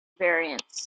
variants